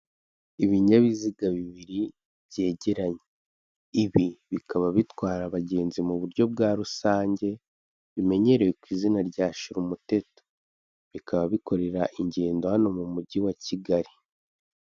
Ibinyabiziga bibiri byegeranye, ibi bikaba bitwara abagenzi mu buryo bwa rusange bimenyerewe ku izina rya shirumuteto, bikaba bikorera ingendo hano mu Mujyi wa Kigali.